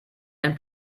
ein